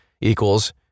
equals